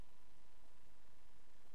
ואני